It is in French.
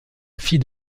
fille